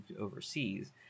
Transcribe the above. overseas